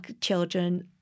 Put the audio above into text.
children